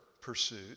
pursuit